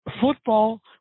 football